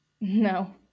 no